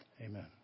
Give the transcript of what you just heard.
amen